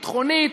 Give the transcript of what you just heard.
ביטחונית,